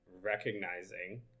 recognizing